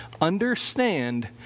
understand